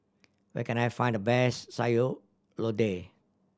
where can I find the best Sayur Lodeh